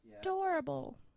adorable